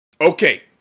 Okay